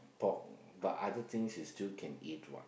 pork but other things you still can eat what